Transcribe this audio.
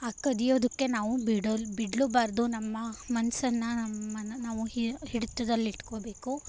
ಆ ಕದಿಯೋದಕ್ಕೆ ನಾವು ಬಿಡಲು ಬಿಡಲೂಬಾರ್ದು ನಮ್ಮ ಮನಸನ್ನ ನಮ್ಮನ್ನು ನಾವು ಹಿಡಿತದಲ್ಲಿಟ್ಕೊಳ್ಬೇಕು